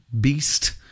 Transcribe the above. beast